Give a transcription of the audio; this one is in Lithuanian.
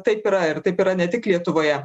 taip yra ir taip yra ne tik lietuvoje